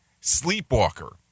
Sleepwalker